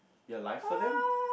your life for them